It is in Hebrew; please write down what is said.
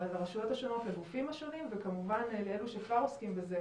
הרשויות השונות והגופים השונים וכמובן לאלה שכבר עוסקים בזה